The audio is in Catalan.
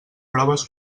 proves